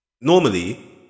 normally